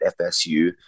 FSU